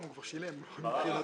ברח.